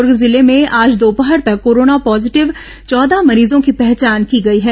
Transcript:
दूर्ग जिले में आज दोपहर तक कोरोना पॉजीटिव चौदह मरीजों की पहचान की गई है